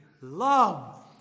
love